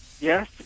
Yes